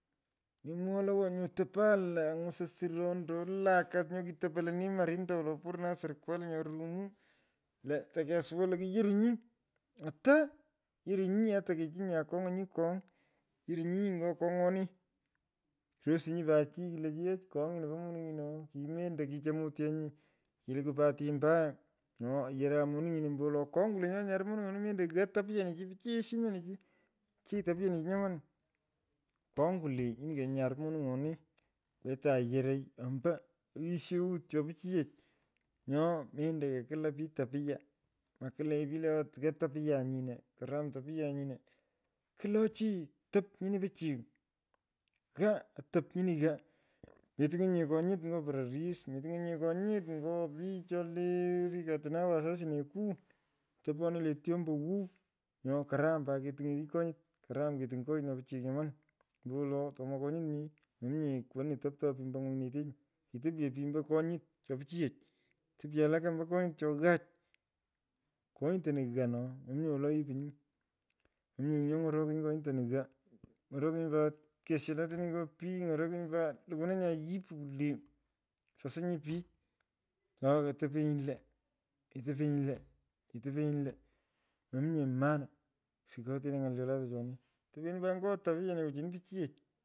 Mi mwoghoi lo nyoo topan lo ang’usan suro. ando alakam nyo kitopo lo ni marinta wolo poro na sirikwali nyo rumu. lo tokesowa lo kiyarinyi. ata. yarinyi ata kechinyi akong’a nyi kong. yorinyi ngo kongoni. Rosinyi pat chii och kong nyino po moning’ino oo mendoo kichemotyenyi kilokwu pati mbaya nyoo oyoran moning’inii ombowolo kony kwulee nyo kenyar monuny’onii mendo ghaa tapiyenichii nyoman keng kwulee nyini kenyar monuny’onii. wetaa yoroy amboo aghisheut cho pichiyech. nyo mendo kakwula pich tapiya. makwula nye pichao lo ghaa tapiyan nink. karam tapiyan nino. Kwulo chii otop nyini pichiy. ghaa atop nyini ghaa. metiny’onyinye konyur ny’o pororis. metiny’onyinye konyur ny’o pich cho lee rikatna wasasinekuu. toponenyi le tyombo wuw. nyo karam pat ketiny’eti konyut. karam ketiny konyut nyo pichiy nyoman. ombo wolo tomo konyut nyee. maminyee woni toptogn pich ombo ny’onyinetenyi. Kiptopyo pich ombo konyut choo ghaach. Konyutonu ghaa mominye wolo ghipinyi. mominye chi nyo ng’orokinyi konyutonu ghaa. ngorokinyi keshulatenenyi ng’o pich. ny’orokinyi pat lukunanyi ayipu kwulee. sosinyi pich. awoo ketepenyi lo. mominye manaa supoteno ny’al cho lota choni. topeno pat chi ny. o tapiyeniku chini pichiyec.